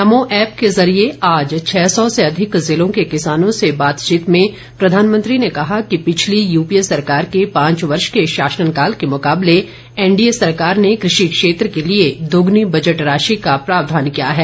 नमो app के जरिये आज छह सौ से अधिक जिलों के किसानों से बातचीत में प्रधानमंत्री ने कहा कि पिछली यू पी ए सरकार के पांच वर्ष के शासनकाल के मुकाबले एन डी ए सरकार ने कृ षि क्षेत्र के लिए दोगुनी बजट राशि का आबंटन किया है